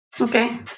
Okay